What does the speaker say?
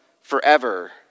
forever